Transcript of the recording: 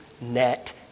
net